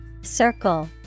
Circle